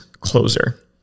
closer